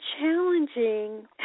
challenging